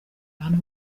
abantu